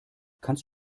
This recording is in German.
kannst